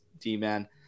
D-man